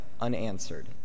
unanswered